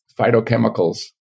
phytochemicals